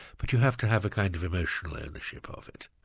but you have to have a kind of emotional ownership of it.